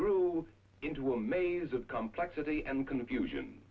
grew into a maze of complexity and confusion